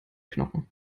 knochen